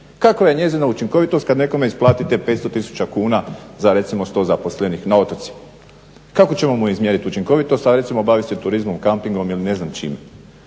Kakva je njezina učinkovitost kad nekome isplatite 500 000 kuna za recimo 100 zaposlenih na otocima. Kako ćemo mu izmjerit učinkovitost, a recimo bavi se turizmom, kampingom ili ne znam čime.